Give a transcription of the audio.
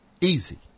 easy